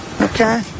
Okay